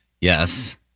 Yes